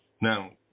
Now